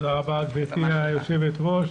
תודה רבה גבירתי היו"ר,